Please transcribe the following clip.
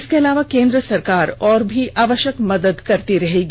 इसके अलावा केंद्र सरकार और भी आवश्यक मदद करती रहेगी